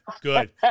good